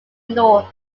north